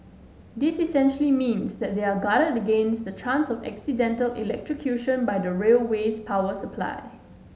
this essentially means they are guarded against the chance of accidental electrocution by the railway's power supply